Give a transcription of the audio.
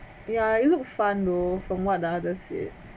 ya you look fun though from what the other said